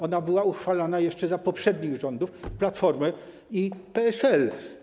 Ona była uchwalana jeszcze za poprzednich rządów - Platformy i PSL.